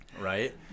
Right